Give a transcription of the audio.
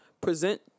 present